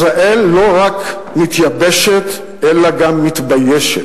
ישראל לא רק מתייבשת, אלא גם מתביישת.